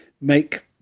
make